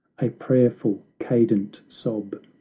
a prayerful, cadent sob,